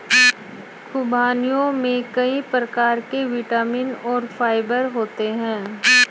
ख़ुबानियों में कई प्रकार के विटामिन और फाइबर होते हैं